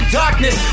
darkness